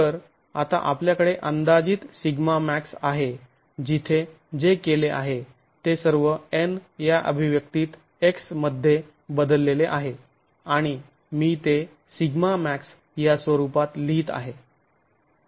तर आता आपल्याकडे अंदाजित σmax आहे जिथे जे केले आहे ते सर्व N या अभिव्यक्तीत x मध्ये बदललेले आहे आणि मी ते σmax या स्वरूपात लिहीत आहे